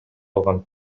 алган